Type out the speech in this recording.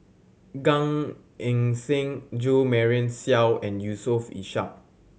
Gan Eng Seng Jo Marion Seow and Yusof Ishak